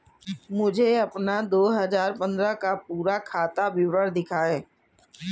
मुझे अपना दो हजार पन्द्रह का पूरा खाता विवरण दिखाएँ?